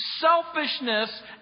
selfishness